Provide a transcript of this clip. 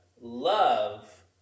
love